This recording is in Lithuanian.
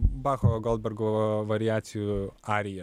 bacho goldbergo variacijų arija